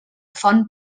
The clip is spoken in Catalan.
font